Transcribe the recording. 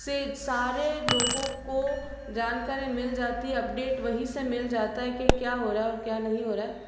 से सारे लोगों को जानकारी मिल जाती अपडेट वहीं से मिल जाता है कि क्या हो रहा है और क्या नहीं हो रहा है